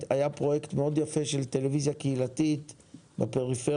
היה פרויקט יפה מאוד של טלוויזיה קהילתית בפריפריה,